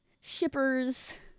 shippers